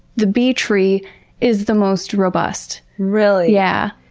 the bee tree is the most robust. really? yeah.